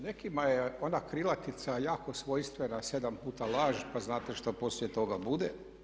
Nekima je ona krilatica jako svojstvena 7 puta laž, pa znate što poslije toga bude.